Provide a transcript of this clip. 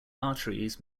arteries